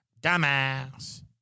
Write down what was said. Dumbass